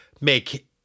make